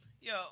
Yo